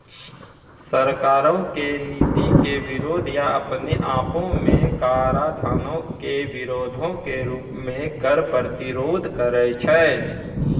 सरकारो के नीति के विरोध या अपने आपो मे कराधानो के विरोधो के रूपो मे कर प्रतिरोध करै छै